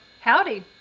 Howdy